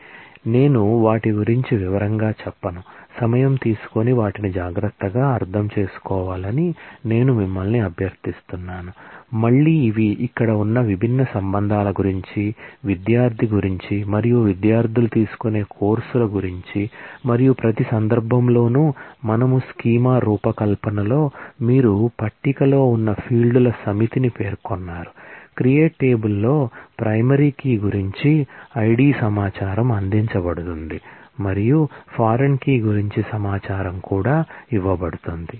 కాబట్టి నేను వాటి గురించి వివరంగా చెప్పను సమయం తీసుకొని వాటిని జాగ్రత్తగా అర్థం చేసుకోవాలని నేను మిమ్మల్ని అభ్యర్థిస్తున్న మళ్ళీ ఇవి ఇక్కడ ఉన్న విభిన్న రిలేషన్ల గురించి విద్యార్థి గురించి మరియు విద్యార్థులు తీసుకునే కోర్సుల గురించి మరియు ప్రతి సందర్భంలోనూ మనము స్కీమా రూపకల్పనలో మీరు పట్టికలో ఉన్న ఫీల్డ్ల సమితిని పేర్కొన్నారు క్రియేట్ టేబుల్ లో ప్రైమరీ కీ గురించి ఐడి సమాచారం అందించబడుతుంది మరియు ఫారిన్ కీ గురించి సమాచారం కూడా ఇవ్వబడుతుంది